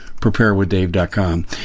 Preparewithdave.com